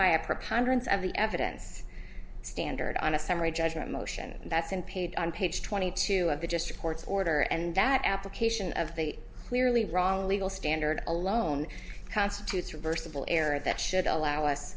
by a preponderance of the evidence standard on a summary judgment motion that's unpaid on page twenty two of the just reports order and that application of the clearly wrong legal standard alone constitutes reversible error that should allow us